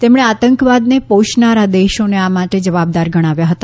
તેમણે આતંકવાદને પોષનારા દેશોને આ માટે જવાબદાર ગણાવ્યા હતા